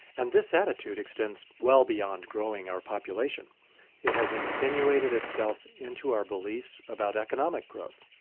and this attitude extends well beyond growing our population it has insinuated itself into our beliefs about economic growth.